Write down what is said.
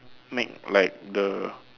make like the